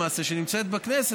שנמצאת בכנסת,